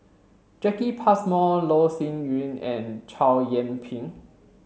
Jacki Passmore Loh Sin Yun and Chow Yian Ping